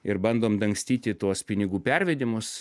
ir bandom dangstyti tuos pinigų pervedimus